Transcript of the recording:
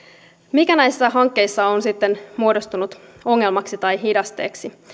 mikä näissä hankkeissa on sitten muodostunut ongelmaksi tai hidasteeksi